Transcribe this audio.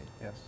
Yes